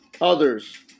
others